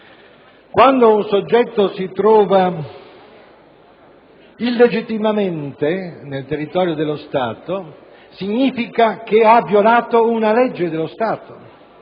quando un soggetto si trova illegittimamente nel territorio dello Stato, significa che ha violato una legge dello Stato.